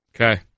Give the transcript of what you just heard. Okay